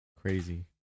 Crazy